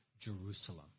Jerusalem